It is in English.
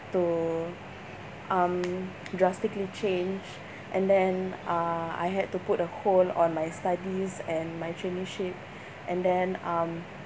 to um drastically change and then uh I had to put a hold on my studies and my traineeship and then um